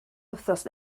wythnos